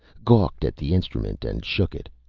gawked at the instrument and shook it.